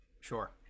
Sure